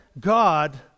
God